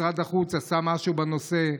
משרד החוץ עשה משהו בנושא?